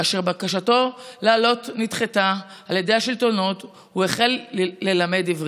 כאשר בקשתו לעלות נדחתה על ידי השלטונות הוא החל ללמד עברית.